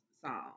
song